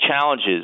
challenges